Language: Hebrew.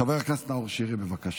חבר הכנסת נאור שירי, בבקשה.